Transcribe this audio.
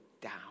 down